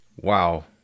Wow